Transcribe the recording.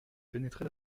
pénétrait